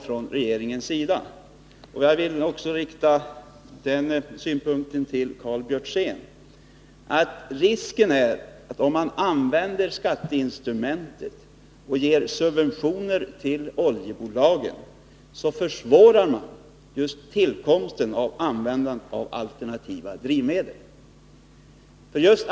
När det gäller Karl Björzéns inlägg vill jag framföra den synpunkten att risken är att man, om man använder skatteinstrumentet och ger oljebolagen subventioner, försvårar just tillkomsten av alternativa drivmedel.